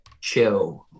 chill